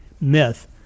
myth